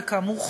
וכאמור,